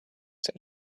said